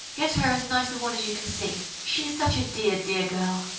get her as nice a one as you can see she is such a dear, dear girl.